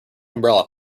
umbrella